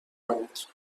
کنید